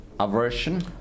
Aversion